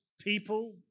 people